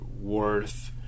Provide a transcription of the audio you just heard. worth